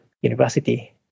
university